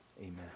amen